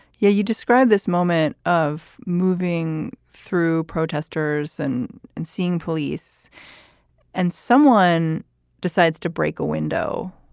yeah you describe this moment of moving through protesters and and seeing police and someone decides to break a window.